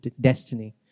destiny